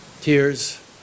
Tears